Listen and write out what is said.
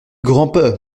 grand’peur